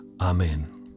Amen